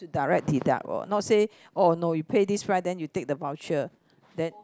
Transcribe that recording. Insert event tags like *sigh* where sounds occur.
direct deduct *noise* not say oh no you pay this price then you take the voucher then